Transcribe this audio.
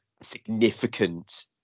significant